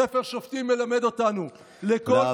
ספר שופטים מלמד אותנו, תודה רבה.